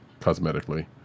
cosmetically